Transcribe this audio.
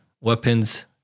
weapons